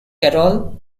carole